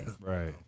right